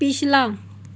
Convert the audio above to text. ਪਿਛਲਾ